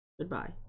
goodbye